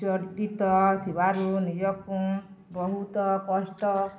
ଚର୍ଟିତ ଥିବାରୁ ନିଜକୁ ବହୁତ କଷ୍ଟ